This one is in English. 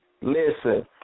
Listen